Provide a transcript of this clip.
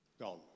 gone